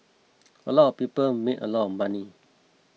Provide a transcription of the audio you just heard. a lot of people made a lot of money